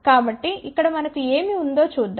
కాబట్టి ఇక్కడ మనకు ఏమి ఉందో చూద్దాం